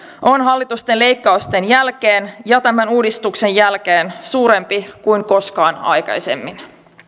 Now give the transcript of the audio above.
on hallituksen leikkausten jälkeen ja tämän uudistuksen jälkeen suurempi kuin koskaan aikaisemmin